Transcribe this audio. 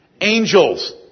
angels